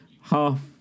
half